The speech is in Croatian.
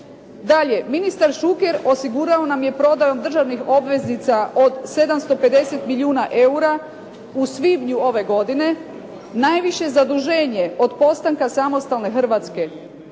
Dalje, ministar Šuker osigurao nam je prodajom državnih obveznica od 750 milijuna eura u svibnju ove godine najviše zaduženje od postanka samostalne Hrvatske itd.,